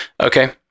Okay